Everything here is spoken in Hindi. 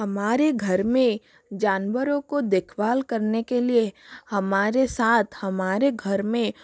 हमारे घर में जानवरों को देखभाल करने के लिए हमारे साथ हमारे घर में